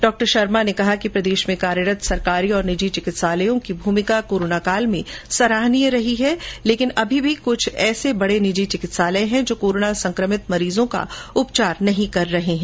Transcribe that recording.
डॉ शर्मा ने कहा कि प्रदेश में कार्यरत सरकारी व निजी चिकित्सालयों की भूमिका कोरोनाकाल में सराहनीय रही है लेकिन अभी भी कृष्ठ ऐसे बड़े निजी चिकित्सालय हैं जो कोरोना संक्रमित मरीजों का उपचार नहीं कर रहे है